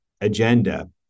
agenda